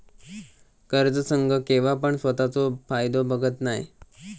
कर्ज संघ केव्हापण स्वतःचो फायदो बघत नाय